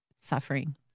suffering